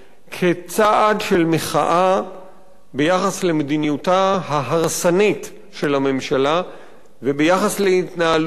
כצעד של מחאה ביחס למדיניותה ההרסנית של הממשלה וביחס להתנהלותו